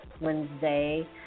Wednesday